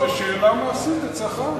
זו שאלה מעשית אצלך.